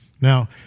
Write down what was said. Now